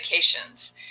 medications